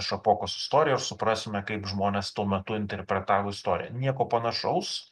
šapokos istorijoj ir suprasime kaip žmonės tuo metu interpretavo istoriją nieko panašaus